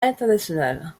internationale